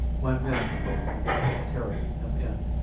my man helped me to carry him in.